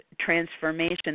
transformation